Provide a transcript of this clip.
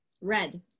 Red